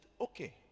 okay